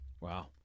Wow